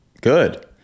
good